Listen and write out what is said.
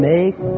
Make